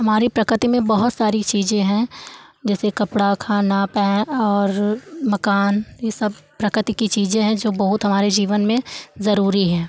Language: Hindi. हमारी प्रकृति में बहुत सारी चीज़ें हैं जैसे कपड़ा खाना पैं और मकान ये सब प्रकृति की चीज़ें हैं जो बहुत हमारे जीवन में ज़रूरी है